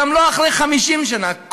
גם לא אחרי 50 שנה.